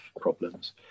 problems